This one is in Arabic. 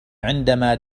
عندما